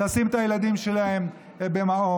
לשים את הילדים שלהן במעון.